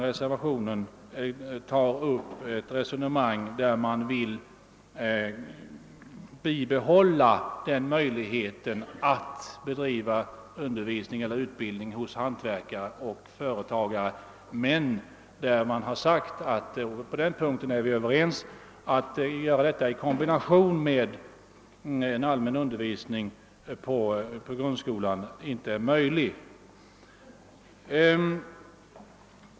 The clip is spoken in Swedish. I reservationen påyrkas däremot att möjligheten att genomgå sådan utbildning hos hantverkare och företagare skall behållas. Enighet föreligger emellertid på denna punkt om att det inte är möjligt att genomgå sådan utbildning i kombination med allmän undervisning i grundskolan.